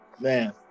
man